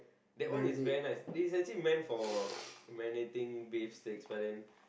that one is meant is actually meant for marinating beef steaks but then